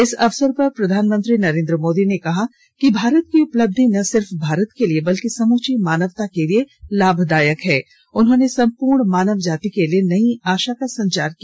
इस अवसर पर प्रधानमंत्री नरेन्द्र मोदी ने कहा है कि भारत की उपलब्धि न सिर्फ भारत के लिए बल्कि समूची मानवता के लिए लाभदायक है उन्होंने सम्पूर्ण मानव जाति के लिए नई आशा का संचार किया